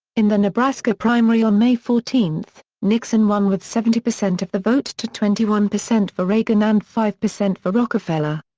in the nebraska primary on may fourteen, nixon won with seventy percent of the vote to twenty one percent for reagan and five percent for rockefeller.